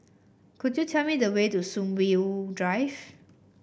could you tell me the way to Sunview Drive